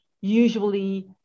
usually